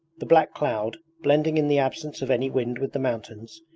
the black cloud, blending in the absence of any wind with the mountains,